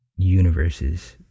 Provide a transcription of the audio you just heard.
universes